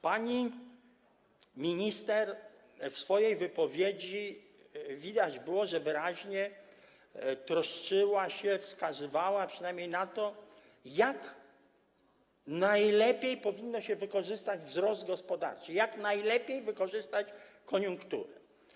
Pani minister w swojej wypowiedzi - było to widać - wyraźnie troszczyła się, wskazywała przynajmniej na to, jak najlepiej powinno się wykorzystać wzrost gospodarczy, jak najlepiej wykorzystać koniunkturę.